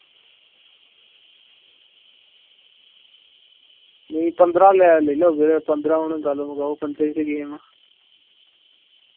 नेईं पंदरां दा लेई लैओ पंदरें च मुकाओ गेम